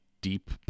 deep